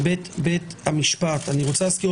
לי להסביר